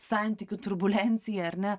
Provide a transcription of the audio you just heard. santykių turbulenciją ar ne